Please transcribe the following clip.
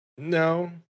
No